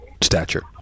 stature